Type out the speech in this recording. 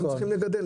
הם צריכים לגדל.